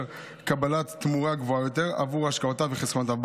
קבלת תמורה גבוהה יותר עבור השקעותיו וחסכונותיו.